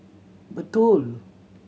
BPTUOL